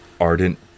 ardent